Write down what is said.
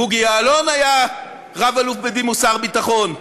בוגי יעלון היה רב-אלוף בדימוס שר ביטחון.